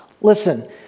Listen